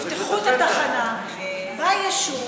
תפתחו את התחנה ביישוב,